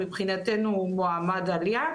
מבחינתנו מועמד עלייה.